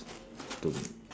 to